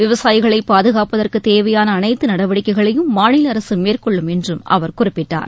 விவசாயிகளை பாதுகாப்பதற்கு தேவையான அனைத்து நடவடிக்கைகளையும் மாநில அரசு மேற்கொள்ளும் என்றும் அவர் குறிப்பிட்டார்